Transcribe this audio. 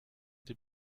die